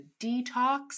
detox